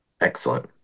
Excellent